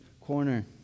corner